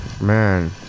man